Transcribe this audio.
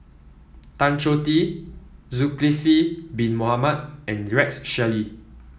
Tan Choh Tee Zulkifli Bin Mohamed and Rex Shelley